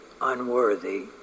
unworthy